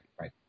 Right